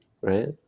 right